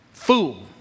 Fool